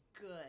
good